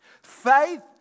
Faith